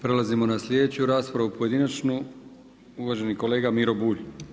Prelazimo na sljedeću raspravu, pojedinačnu, uvaženi kolega Miro Bulj.